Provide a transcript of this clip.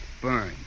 burn